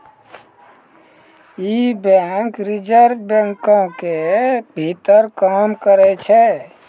इ bank reserve बैंको के भीतर काम करै छै